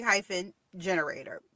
generator